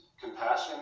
compassion